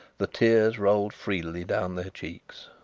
the tears rolled freely down their cheeks.